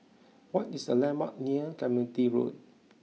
what is the landmarks near Clementi Road